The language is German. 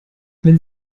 wenn